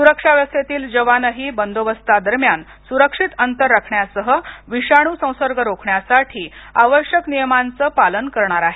सुरक्षा व्यवस्थेतील जवानही बंदोबस्तादरम्यान सुरक्षित अंतर राखण्यासह विषाणू संसर्ग रोखण्यासाठी आवश्यक नियमांच पालन करणार आहेत